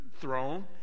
throne